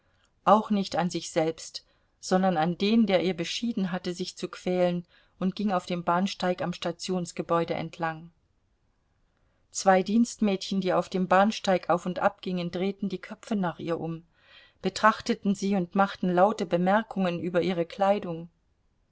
auch nicht an sich selbst sondern an den der ihr beschieden hatte sich zu quälen und ging auf dem bahnsteig am stationsgebäude entlang zwei dienstmädchen die auf dem bahnsteig auf und ab gingen drehten die köpfe nach ihr um betrachteten sie und machten laute bemerkungen über ihre kleidung